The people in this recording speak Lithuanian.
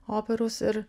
operos ir